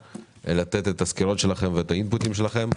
לתת את הסקירות שלכם ואת האינפוט שלכם.